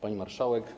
Pani Marszałek!